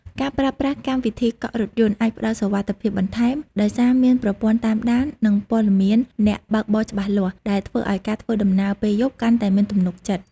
ការប្រើប្រាស់កម្មវិធីកក់រថយន្ត អាចផ្ដល់សុវត្ថិភាពបន្ថែម ដោយសារមានប្រព័ន្ធតាមដាន និងព័ត៌មានអ្នកបើកបរច្បាស់លាស់ ដែលធ្វើឱ្យការធ្វើដំណើរពេលយប់កាន់តែមានទំនុកចិត្ត។